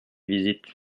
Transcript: visite